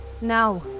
Now